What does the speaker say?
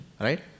right